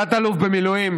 תת-אלוף במילואים